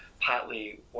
partly